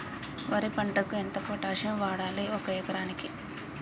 వరి పంటకు ఎంత పొటాషియం వాడాలి ఒక ఎకరానికి?